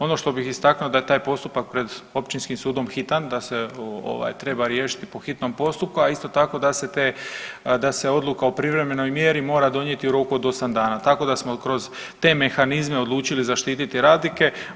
Ono što bih istaknuo da je taj postupak pred Općinskim sudom hitan, da se treba riješiti po hitnom postupku, a isto tako da se odluka o privremenoj mjera mora donijeti u roku od osam dana tako da smo kroz te mehanizme odlučili zaštititi radnike.